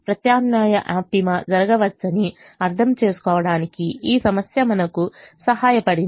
ప్రత్యామ్నాయ ఆప్టిమా జరగవచ్చని అర్థం చేసుకోవడానికి ఈ సమస్య మనకు సహాయపడింది